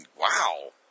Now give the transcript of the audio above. Wow